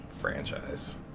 franchise